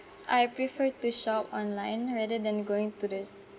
I prefer to shop online rather than going to the